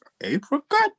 Apricot